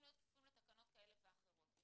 להיות כפופים לתקנות כאלה ואחרות.